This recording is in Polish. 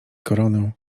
koronę